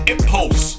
Impulse